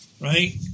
right